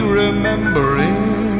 remembering